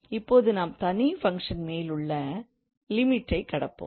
இப்போது நாம் தனி ஃபங்க்ஷன் மேலுள்ள லிமிட்டை கடப்போம்